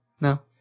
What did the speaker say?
No